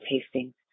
tasting